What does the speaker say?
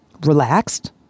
relaxed